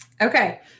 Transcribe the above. Okay